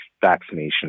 vaccination